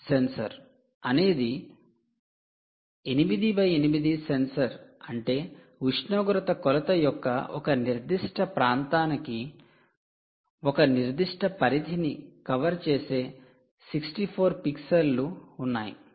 'I sensor' 'EYE sensor' అనేది 8 ✕ 8 sensor అంటే ఉష్ణోగ్రత కొలత యొక్క ఒక నిర్దిష్ట ప్రాంతానికి ఒక నిర్దిష్ట పరిధిని కవర్ చేసే 64 పిక్సెల్లు ఉన్నాయి